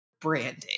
branding